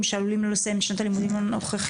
שעלולים לא לסיים את שנת הלימודים הנוכחית,